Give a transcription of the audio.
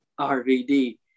RVD